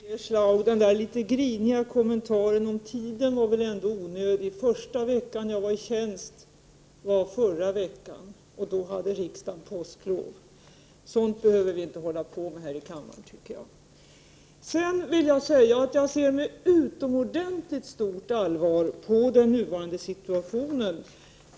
Herr talman! Den där litet griniga kommentaren om den tid det tog att få ett svar var väl ändå onödig, Birger Schlaug. Den första veckan jag var i tjänst efter min sjukdom var förra veckan, och då hade riksdagen påsklov. Jag tycker inte att vi skall behöva hålla på med sådant här i kammaren. Jag ser med utomordentligt stort allvar på den nuvarande situationen.